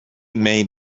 made